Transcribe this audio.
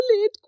late